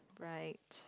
right